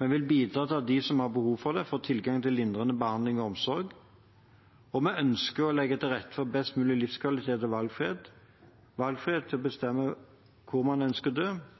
Vi vil bidra til at de som har behov for det, får tilgang til lindrende behandling og omsorg. Og vi ønsker å legge til rette for best mulig livskvalitet og valgfrihet – valgfrihet til å bestemme hvor man